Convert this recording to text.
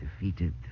defeated